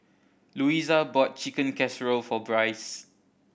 Luisa bought Chicken Casserole for Bryce